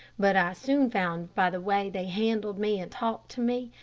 but i soon found by the way they handled me and talked to me,